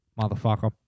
Motherfucker